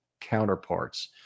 counterparts